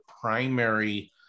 primary